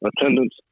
attendance